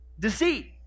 Deceit